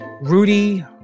Rudy